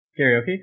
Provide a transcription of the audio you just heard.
karaoke